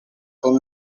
con